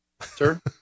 sir